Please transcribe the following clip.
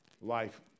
Life